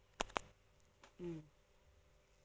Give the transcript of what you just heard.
hmm